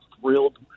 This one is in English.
thrilled